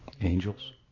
Angels